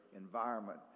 environment